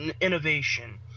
innovation